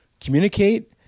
communicate